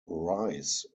rice